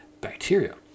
bacteria